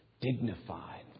dignified